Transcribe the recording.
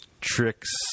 tricks